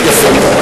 יפה.